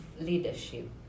leadership